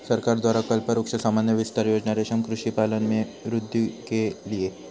सरकार द्वारा कल्पवृक्ष सामान्य विस्तार योजना रेशम कृषि पालन में वृद्धि के लिए